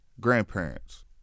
grandparents